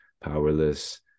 powerless